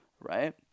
right